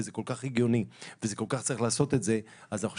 כי זה כל כך הגיוני וכל כך צריך לעשות את זה אז אני חושב,